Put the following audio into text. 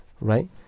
right